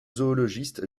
zoologiste